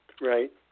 Right